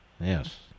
Yes